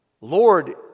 Lord